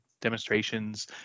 demonstrations